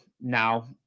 now